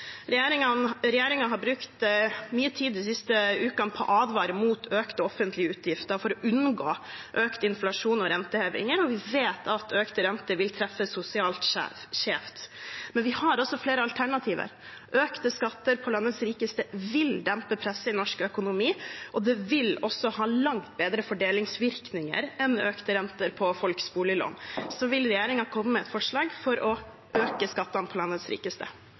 har brukt mye tid de siste ukene på å advare mot økte offentlige utgifter for å unngå økt inflasjon og renteheving, enda man vet at økte renter vil treffe sosialt skjevt. Vi har andre alternativer: Økte skatter for landets rikeste vil dempe presset i norsk økonomi, og det vil også ha langt bedre fordelingsvirkninger enn økte renter på folks boliglån. Vil regjeringen komme med et forslag for å øke skattene for landets rikeste?